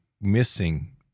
missing